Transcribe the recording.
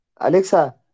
Alexa